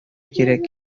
кирәк